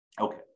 Okay